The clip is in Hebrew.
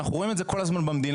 אנחנו רואים את זה כל הזמן במדינה.